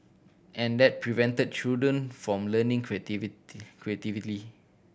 and that prevented children from learning creativity creatively